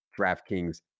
DraftKings